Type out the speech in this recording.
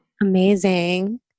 amazing